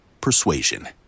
persuasion